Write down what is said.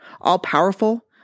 All-Powerful